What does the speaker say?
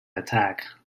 attack